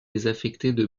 désaffectée